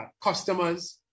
customers